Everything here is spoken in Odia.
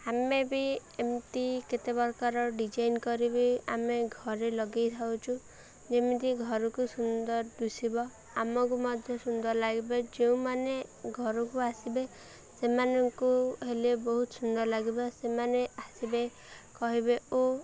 ଆମେ ବି ଏମିତି କେତେ ପ୍ରକାର ଡିଜାଇନ୍ କରିବି ଆମେ ଘରେ ଲଗେଇ ଥାଉଛୁ ଯେମିତି ଘରକୁ ସୁନ୍ଦର ଦୁସିବ ଆମକୁ ମଧ୍ୟ ସୁନ୍ଦର ଲାଗିବେ ଯେଉଁମାନେ ଘରକୁ ଆସିବେ ସେମାନଙ୍କୁ ହେଲେ ବହୁତ ସୁନ୍ଦର ଲାଗିବ ସେମାନେ ଆସିବେ କହିବେ ଓ